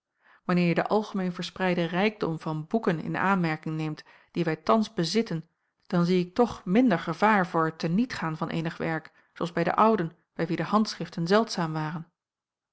wanneer je den algemeen verspreiden rijkdom van boeken in aanmerking neemt dien wij thans bezitten dan zie ik toch minder gevaar voor het te niet gaan van eenig werk zoo als bij de ouden bij wie de handschriften zeldzaam waren